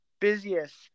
busiest